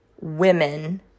women